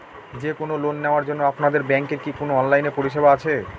যে কোন লোন নেওয়ার জন্য আপনাদের ব্যাঙ্কের কি কোন অনলাইনে পরিষেবা আছে?